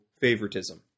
favoritism